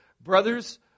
brothers